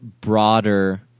broader